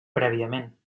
prèviament